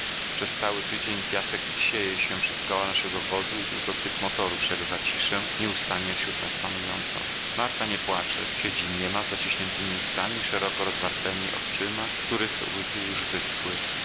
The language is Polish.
przez cały tydzień piasek sieje się przez koła naszego wozu i tylko syk motoru przerywa ciszę nieustannie wśród nas panującą marta nie płacze siedzi niema z zaciśniętemi ustami i szeroko rozwartemi oczyma w których łzy już wyschły